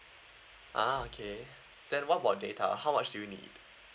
ah okay then what about data how much do you need